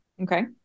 Okay